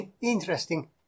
interesting